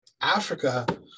Africa